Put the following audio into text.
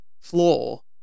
floor